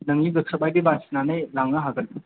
नोंनि गोसो बायदि बासिनानै लांनो हागोन